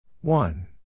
One